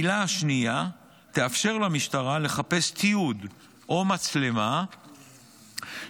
העילה השנייה תאפשר למשטרה לחפש תיעוד או מצלמה שיש